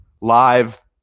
live